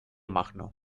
magno